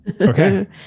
Okay